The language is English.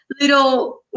little